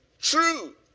true